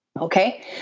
Okay